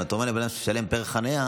אם אתה אומר לאדם שהוא משלם פר חניה,